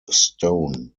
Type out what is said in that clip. stone